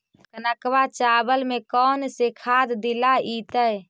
कनकवा चावल में कौन से खाद दिलाइतै?